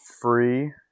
free